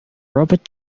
robert